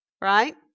right